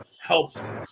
helps